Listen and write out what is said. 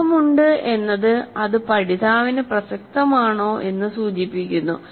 അർത്ഥം ഉണ്ട് എന്നത് അത് പഠിതാവിന് പ്രസക്തമാണോ എന്ന് സൂചിപ്പിക്കുന്നു